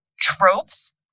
tropes